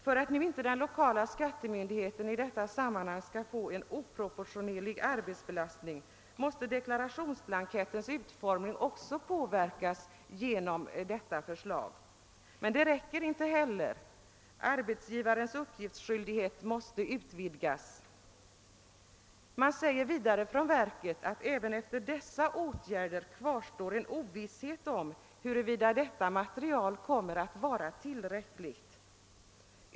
För att nu inte den lokala skattemyndigheten i detta sammanhang skall få en oproportionerlig arbetsbelastning måste deklarationsblankettens utformning också påverkas genom detta förslag. Men det räcker inte. Arbetsgivarens uppgiftsskyldighet måste utvidgas. Riksförsäkringsverket framhåller vidare att det även efter dessa åtgärder kvarstår ovisshet om huruvida detta material kommer att vara tillräckligt.